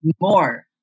more